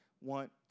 want